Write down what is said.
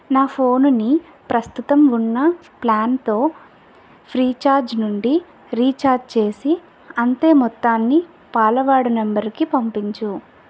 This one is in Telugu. నా ఫోనుని ప్రస్తుతం ఉన్న ప్లాన్తో ఫ్రీ ఛార్జ్ నుండి రీఛార్జ్ చేసి అంతే మొత్తాన్ని పాలవాడి నంబరుకి పంపించు